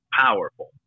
powerful